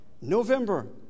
november